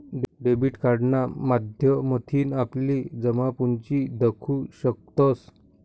debit कार्डना माध्यमथीन आपली जमापुंजी दखु शकतंस